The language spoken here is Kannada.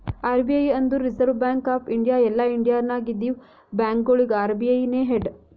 ಆರ್.ಬಿ.ಐ ಅಂದುರ್ ರಿಸರ್ವ್ ಬ್ಯಾಂಕ್ ಆಫ್ ಇಂಡಿಯಾ ಎಲ್ಲಾ ಇಂಡಿಯಾ ನಾಗ್ ಇದ್ದಿವ ಬ್ಯಾಂಕ್ಗೊಳಿಗ ಅರ್.ಬಿ.ಐ ನೇ ಹೆಡ್